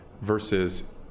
versus